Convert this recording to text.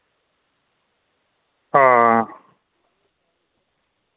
हां